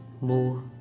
more